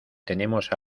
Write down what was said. tenemos